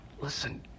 Listen